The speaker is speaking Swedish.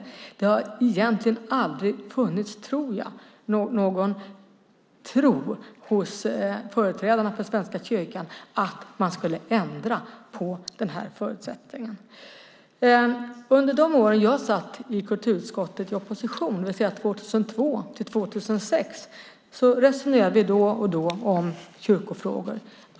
Jag tror inte att det egentligen någonsin har funnits en tro hos företrädarna för Svenska kyrkan att man skulle ändra på den förutsättningen. Under åren jag satt i kulturutskottet, i opposition, nämligen 2002-2006, resonerade vi då och då om kyrkofrågor.